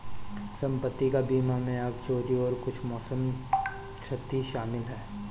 संपत्ति का बीमा में आग, चोरी और कुछ मौसम क्षति शामिल है